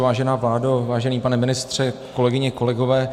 Vážená vládo, vážený pane ministře, kolegyně, kolegové.